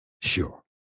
sure